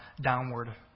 downward